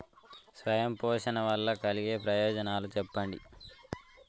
స్వయం పోషణ వల్ల కలిగే ప్రయోజనాలు చెప్పండి?